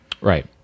Right